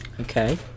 Okay